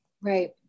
Right